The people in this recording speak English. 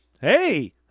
hey